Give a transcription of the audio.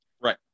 right